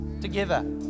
together